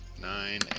Nine